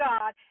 God